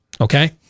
Okay